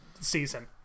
season